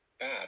bad